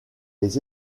les